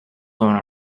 going